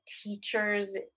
teachers